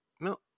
no